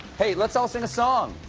hey, let's all sing a song.